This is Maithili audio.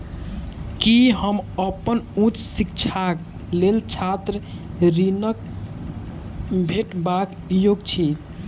की हम अप्पन उच्च शिक्षाक लेल छात्र ऋणक भेटबाक योग्य छी?